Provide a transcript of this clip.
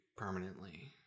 permanently